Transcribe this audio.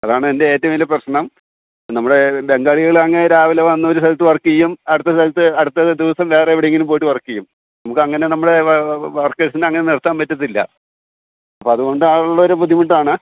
അതാണ് എൻ്റെ ഏറ്റവും വലിയ പ്രശ്നം നമ്മുടെ ബംഗാളികൾ അങ്ങനെ രാവിലെ വന്ന് ഒരു സലത്ത് വർക്ക് ചെയ്യും അടുത്ത സ്ഥലത്ത് അടുത്ത ദിവസം വേറെ എവിടെയെങ്കിലും പോയിട്ട് വർക്ക് ചെയ്യും നമുക്കങ്ങനെ നമ്മുടെ വർക്കേഴ്സിന് അങ്ങനെ നിർത്താൻ പറ്റത്തില്ല അപ്പം അതുകൊണ്ട് ആ ഉള്ളൊരു ബുദ്ധിമുട്ടാണ്